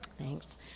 Thanks